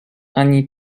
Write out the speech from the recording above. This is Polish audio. ani